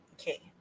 Okay